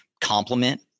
complement